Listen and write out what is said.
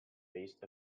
based